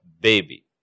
baby